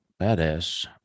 badass